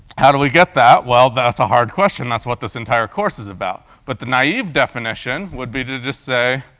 how do we get that? well, that's a hard question, that's what this entire course is about. but the naive definition would be to just say,